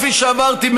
כפי שאמרתי,